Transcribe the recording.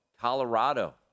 Colorado